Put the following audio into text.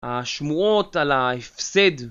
השמועות על ההפסד